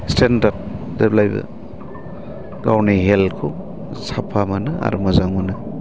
standard जेब्लायबो गावनि हेल्थखौ साफा मोनो आरो मोजां मोनो